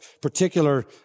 particular